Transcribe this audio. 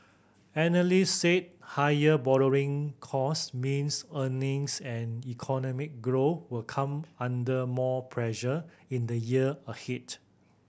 analyst say higher borrowing cost means earnings and economic growth will come under more pressure in the year ahead